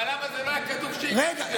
אבל למה זה לא היה כתוב כשהגשתם, רגע.